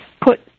put